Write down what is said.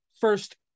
first